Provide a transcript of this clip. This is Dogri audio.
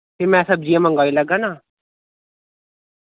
फ्ही मैं सब्जियां मंगाई लैगा ना